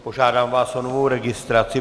Požádám vás o novou registraci.